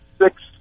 six